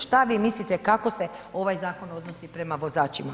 Šta vi mislite kako se ovaj zakon odnosi prema vozačima?